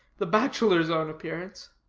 the bachelor's own appearance.